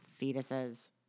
fetuses